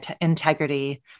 integrity